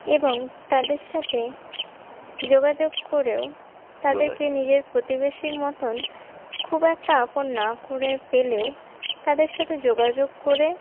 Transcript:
এবং তাদের সাথে যোগাযোগ করেও তাদেরকে নিজের প্রতিবেশীর মতন খুব একটা আপন না করে পেলেও তাদের সাথে যোগাযোগ করে